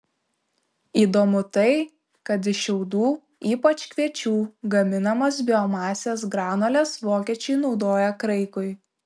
įdomu tai kad iš šiaudų ypač kviečių gaminamas biomasės granules vokiečiai naudoja kraikui